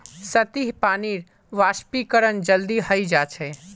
सतही पानीर वाष्पीकरण जल्दी हय जा छे